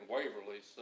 Waverly